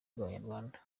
bw’abanyarwanda